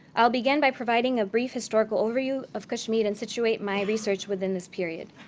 i'll begin by providing a brief historical overview of kashmir, and situate my research within this period.